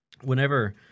whenever